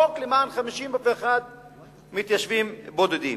חוק למען 51 מתיישבים בודדים.